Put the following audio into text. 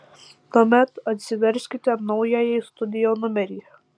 tuomet atsiverskite naująjį studio numerį